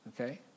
Okay